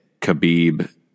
Khabib